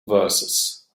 verses